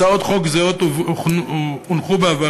הצעות חוק זהות הניחו בעבר,